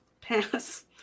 pass